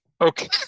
Okay